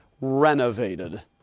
renovated